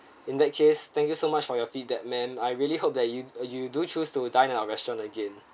in that case thank you so much for your feedback ma'am I really hope that you you do choose to dine at a restaurant again